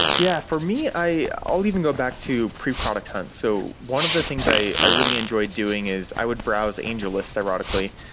yeah. for me, i'll even go back to pre-product hunt. so one of the things i i really enjoy doing is i would browse angellist, ironically,